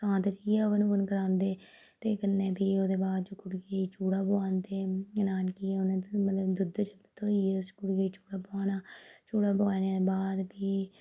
सांत जाइयै हवन हुवन करांदे ते कन्नै फ्ही ओह्दे बाद च कुड़ी गी चूड़ा पांदे ओह्दे नानकियें उ'नें मतलब दुद्धै च धोइयै उस कुड़ी गी चूड़ा पोआना चूड़ा पुआने दे बाद फ्ही